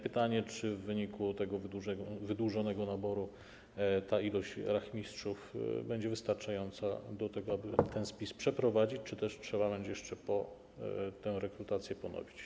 Pytanie: Czy w wyniku tego wydłużonego naboru liczba rachmistrzów będzie wystarczająca do tego, aby spis przeprowadzić, czy też trzeba będzie jeszcze tę rekrutację ponowić?